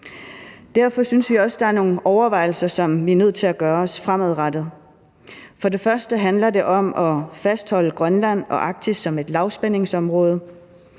Derfor synes vi også, at der er nogle overvejelser, som vi er nødt til at gøre os fremadrettet. For det første handler det om at fastholde Grønland og Arktis som et lavspændingsområde.